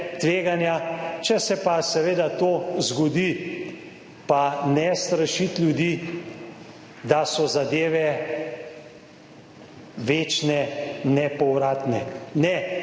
tveganja, če se pa seveda to zgodi, pa ne strašiti ljudi, da so zadeve večne, nepovratne. Ne,